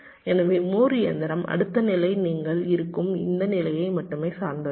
எனவே மூர் இயந்திரம் அடுத்த நிலை நீங்கள் இருக்கும் இந்த நிலையை மட்டுமே சார்ந்துள்ளது